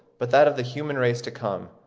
but that of the human race to come,